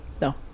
no